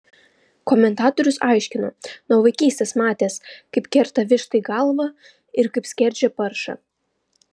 komentatorius aiškino nuo vaikystės matęs kaip kerta vištai galvą ir kaip skerdžia paršą